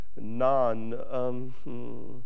non